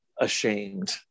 ashamed